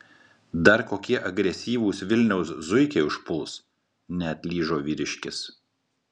dar kokie agresyvūs vilniaus zuikiai užpuls neatlyžo vyriškis